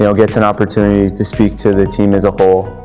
you know gets an opportunity to speak to the team as a whole.